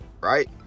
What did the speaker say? right